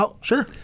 sure